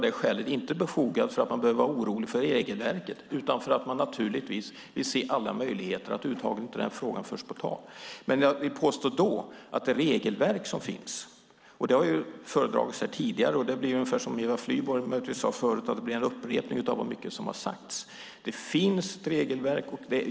Den är inte befogad för att man behöver vara orolig för regelverket utan för att man naturligtvis inte vill att den frågan över huvud taget förs på tal. Detta blir, precis som Eva Flyborg sade förut, en upprepning av det som har sagts. Det finns ett regelverk.